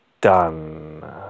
done